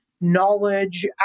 knowledge